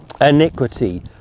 iniquity